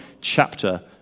chapter